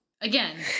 again